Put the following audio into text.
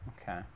okay